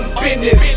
business